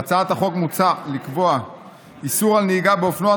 בהצעת החוק מוצע לקבוע איסור נהיגה באופנוע,